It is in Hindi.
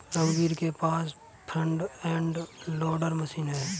रघुवीर के पास फ्रंट एंड लोडर मशीन है